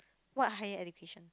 what higher education